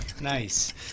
nice